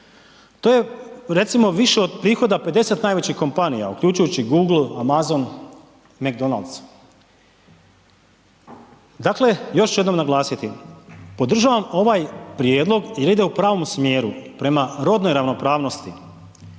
To je recimo više od prihoda 50 najvećih kompanija uključujući Google, Amazon, McDonald's, dakle još ću jednom naglasiti, podržavam ovaj Prijedlog jer ide u pravom smjeru prema rodnoj ravnopravnosti,